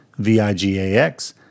VIGAX